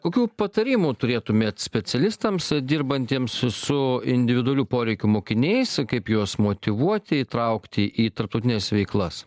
kokių patarimų turėtumėt specialistams dirbantiems su individualių poreikių mokiniais kaip juos motyvuoti įtraukti į tarptautines veiklas